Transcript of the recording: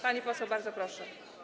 Pani poseł, bardzo proszę.